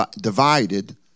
divided